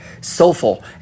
soulful